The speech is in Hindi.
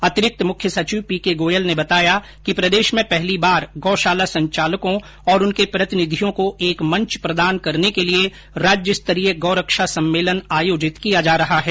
अतिरिक्त मुख्य सचिव पी के गोयल ने बताया कि प्रदेश में पहली बार गौशाला संचालकों और उनके प्रतिनिधियों को एक मंच प्रदान करने के लिए राज्यस्तरीय गौरक्षा सम्मेलन आयोजित किया जा रहा है